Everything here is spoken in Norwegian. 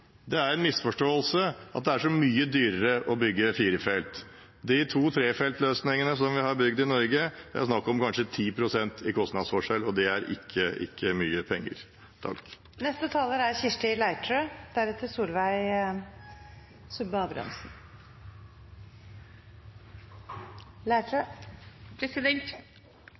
Det er en misforståelse at det er så mye dyrere å bygge firefeltsvei. I de to-/trefeltsløsningene vi har bygd i Norge, er det snakk om kanskje 10 pst. kostnadsforskjell, og det er ikke mye penger. E6 på strekningen Moelv–Øyer er